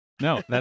No